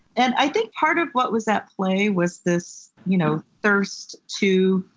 and i think part of what was at play was this you know thirst to,